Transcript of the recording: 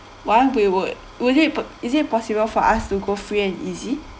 while we would would it is it possible for us to go free and easy